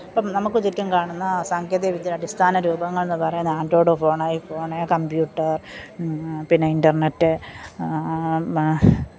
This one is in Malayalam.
ഇപ്പം നമുക്ക് ചുറ്റും കാണുന്ന സാങ്കേതികവിദ്യ അടിസ്ഥാന രൂപങ്ങള് എന്ന് പറയുന്നത് ആൻഡ്രോയിഡ് ഫോൺ ആയി ഫോൺ കമ്പ്യൂട്ടര് പിന്നെ ഇന്റര്നെറ്റ് മ